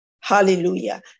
Hallelujah